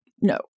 No